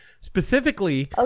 Specifically